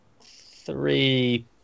Three